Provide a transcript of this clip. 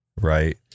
right